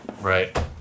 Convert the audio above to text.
Right